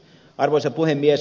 arvoisa puhemies